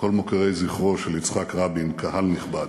כל מוקירי זכרו של יצחק רבין, קהל נכבד,